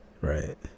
right